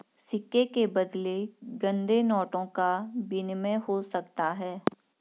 सिक्के के बदले गंदे नोटों का विनिमय हो सकता है